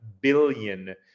billion